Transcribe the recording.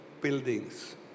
buildings